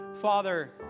Father